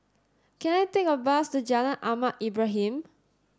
can I take a bus to Jalan Ahmad Ibrahim